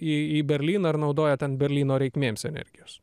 į berlyną ir naudoja ten berlyno reikmėms energijos